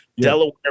Delaware